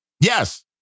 Yes